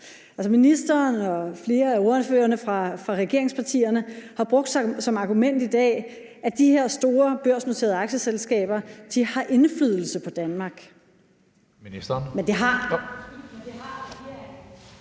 ministeren og flere af ordførerne fra regeringspartierne har i dag brugt som argument, at de her store børsnoterede aktieselskaber har indflydelse på Danmark.